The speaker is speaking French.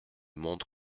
monde